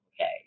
okay